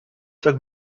sacs